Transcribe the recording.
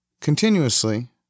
continuously